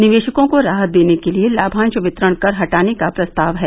निवेशकों को राहत देने के लिए लाभांश वितरण कर हटाने का प्रस्ताव है